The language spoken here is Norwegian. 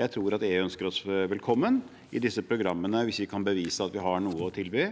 Jeg tror at EU ønsker oss velkommen i disse programmene hvis vi kan bevise at vi har noe å tilby.